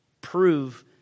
prove